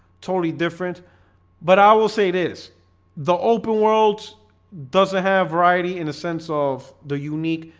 totally different but i will say it is the open world doesn't have variety in a sense of the unique,